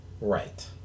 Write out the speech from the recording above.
right